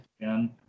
again